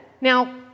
Now